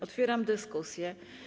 Otwieram dyskusję.